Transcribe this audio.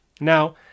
Now